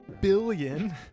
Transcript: billion